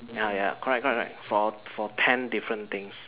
ya ya correct correct for ten different things